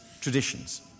traditions